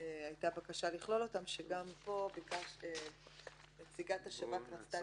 הייתה בקשה לכלול אותן שגם פה נציגת השב"כ רצתה